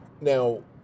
Now